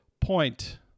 point